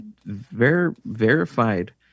verified